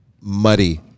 muddy